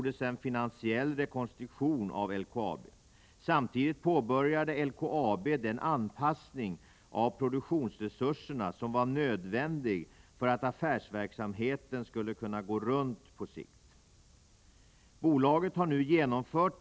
De skäl som gruvfacket angav för sitt motstånd kan grovt sammanfattas i att entreprenaden i första hand skall utföras som hittills, alltså med personal från LKAB:s järnmalmsrörelse.